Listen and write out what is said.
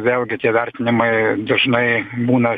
vėlgi tie vertinimai dažnai būna